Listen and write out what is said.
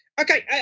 Okay